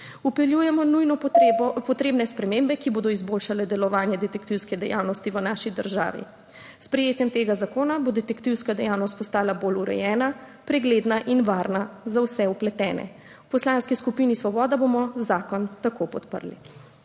Vpeljujemo nujno potrebne spremembe, ki bodo izboljšale delovanje detektivske dejavnosti v naši državi. S sprejetjem tega zakona bo detektivska dejavnost postala bolj urejena, pregledna in varna za vse vpletene. V Poslanski skupini Svoboda bomo zakon podprli.